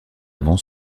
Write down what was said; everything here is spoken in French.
avant